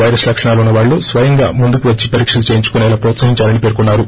virus లక్షణాలు ఉన్న వాళ్లు స్వయంగా ముందుకు వచ్చి పరీక్షలు చేయించుకునేలా ప్రోత్సహిందాలని పర్కొన్నారు